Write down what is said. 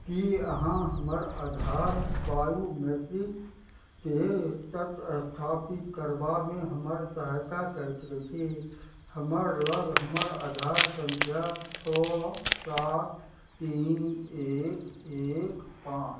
की अहाँ हमर आधार बायोमेट्रिकके तत्व स्थापित करबामे हमर सहायता कऽ सकैत छी हमरा लग हमर आधार संख्या छओ सात तीन एक एक पाँच